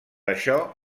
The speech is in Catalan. això